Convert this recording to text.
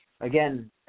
again